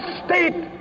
state